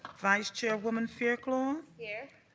vice chairwoman fairclough. um here.